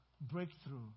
breakthrough